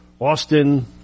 austin